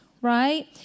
right